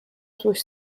złość